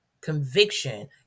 conviction